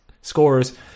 scorers